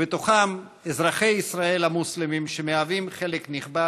מימון שכר לימוד),